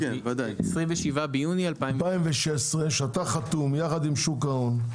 מ-27 ביוני 2016. שאתה חתום, יחד עם שוק ההון,